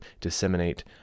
disseminate